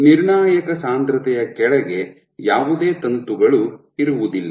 ನಿರ್ಣಾಯಕ ಸಾಂದ್ರತೆಯ ಕೆಳಗೆ ಯಾವುದೇ ತಂತುಗಳು ಇರುವುದಿಲ್ಲ